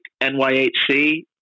NYHC